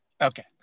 Okay